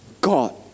God